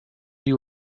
you